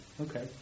okay